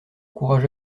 courage